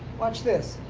watch this.